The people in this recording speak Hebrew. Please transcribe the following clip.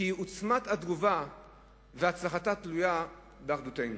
כי עוצמת התגובה והצלחתה תלויה באחדותנו.